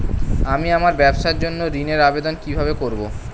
আমি আমার ব্যবসার জন্য ঋণ এর আবেদন কিভাবে করব?